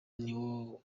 nibwo